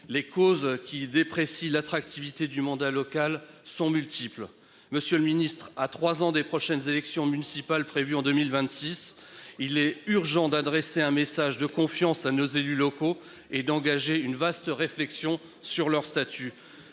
Les causes qui déprécie l'attractivité du mandat local sont multiples. Monsieur le Ministre, à trois ans des prochaines élections municipales prévues en 2026. Il est urgent d'adresser un message de confiance à nos élus locaux et d'engager une vaste réflexion sur leur statut.